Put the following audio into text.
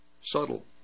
subtle